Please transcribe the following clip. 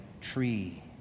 tree